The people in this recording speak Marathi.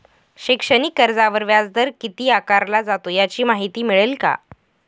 शैक्षणिक कर्जावर व्याजदर किती आकारला जातो? याची माहिती मिळेल का?